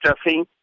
stuffing